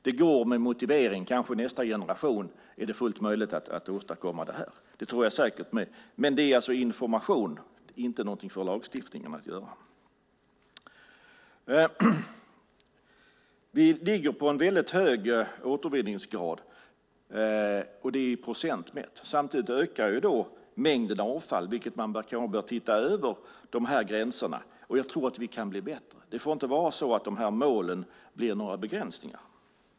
Det går med motivering. Kanske det i nästa generation är möjligt att åstadkomma det. Det tror jag säkert. Det handlar om information och är inte någonting för lagstiftningen att göra. Vi ligger på en väldigt hög återvinningsgrad i procent mätt. Samtidigt ökar mängden avfall. Man bör titta över gränserna, och vi kan bli bättre. Det får inte vara så att målen blir begräsningar.